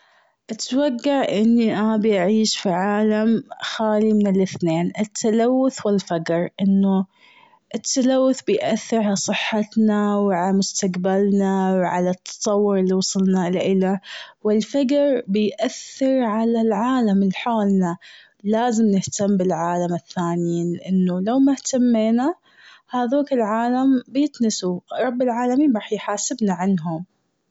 اتوقع أني أنا ابي اعيش في عالم خالي من الإثنين التلوث و الفقر. لأنه التلوث بيأثر على صحتنا وعلى مستقبلنا و على التطور اللي وصلنا إليه. والفقر بيأثر على العالم الحولنا. لازم نهتم بالعالم الثانيين لأنه لو ما اهتمينا هذوك العالم بيكنسوا رب العالمين رح يحاسبنا عنهم.